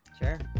Sure